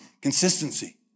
Consistency